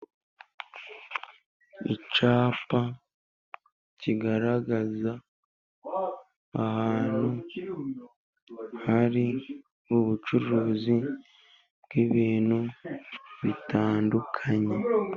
Icyapa kigaragaza ahantu hari ubucuruzi bw'ibintu bitandukanye.